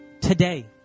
today